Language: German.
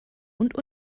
und